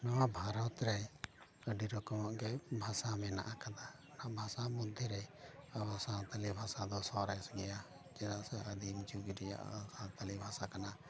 ᱱᱚᱣᱟ ᱵᱷᱟᱨᱚᱛ ᱨᱮ ᱟᱹᱰᱤ ᱨᱚᱠᱚᱢᱟᱜ ᱜᱮ ᱵᱷᱟᱥᱟ ᱢᱮᱱᱟᱜ ᱟᱠᱟᱫᱟ ᱵᱷᱟᱥᱟ ᱢᱚᱫᱽᱫᱷᱮ ᱨᱮ ᱥᱟᱶᱛᱟᱞᱤ ᱵᱷᱟᱥᱟ ᱫᱚ ᱥᱚᱨᱮᱥ ᱜᱮᱭᱟ ᱪᱮᱫᱟᱜ ᱥᱮ ᱟᱹᱫᱤᱢ ᱡᱩᱜᱽ ᱨᱮᱭᱟᱜ ᱥᱟᱶᱛᱟᱞᱤ ᱵᱷᱟᱥᱟ ᱠᱟᱱᱟ